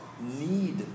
need